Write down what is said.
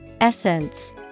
Essence